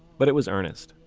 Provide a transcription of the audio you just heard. but it was earnest.